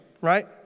right